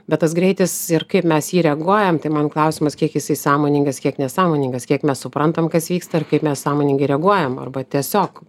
bet tas greitis ir kaip mes į jį reaguojam tai man klausimas kiek jisai sąmoningas kiek nesąmoningas kiek mes suprantam kas vyksta ir kaip sąmoningai reaguojam arba tiesiog